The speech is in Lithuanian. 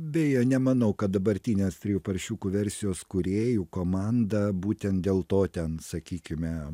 beje nemanau kad dabartinės trijų paršiukų versijos kūrėjų komanda būtent dėl to ten sakykime